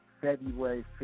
February